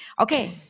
Okay